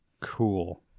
cool